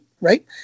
right